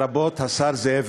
חבר הכנסת זוהיר